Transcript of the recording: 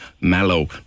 Mallow